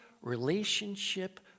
relationship